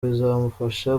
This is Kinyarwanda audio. bizamufasha